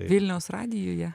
vilniaus radijuje